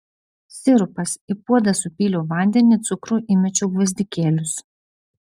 sirupas į puodą supyliau vandenį cukrų įmečiau gvazdikėlius